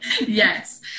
Yes